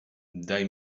daj